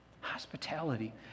Hospitality